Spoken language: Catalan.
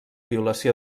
violació